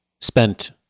spent